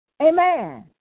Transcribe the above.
Amen